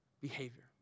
behavior